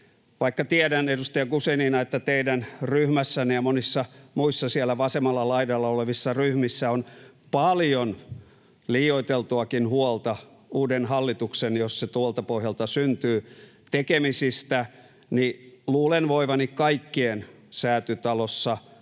Vaikka tiedän, edustaja Guzenina, että teidän ryhmässänne ja monissa muissa siellä vasemmalla laidalla olevissa ryhmissä on paljon liioiteltuakin huolta uuden hallituksen — jos se tuolta pohjalta syntyy — tekemisistä, niin luulen voivani kaikkien Säätytalossa hallituksesta